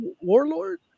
Warlord